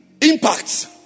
impacts